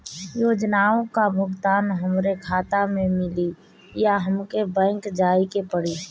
योजनाओ का भुगतान हमरे खाता में मिली या हमके बैंक जाये के पड़ी?